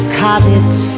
cottage